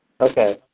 Okay